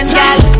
girl